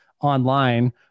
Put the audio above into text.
online